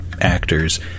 actors